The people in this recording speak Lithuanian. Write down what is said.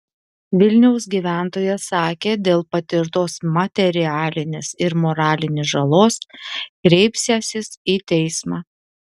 vilniaus gyventojas sakė dėl patirtos materialinės ir moralinės žalos kreipsiąsis į teismą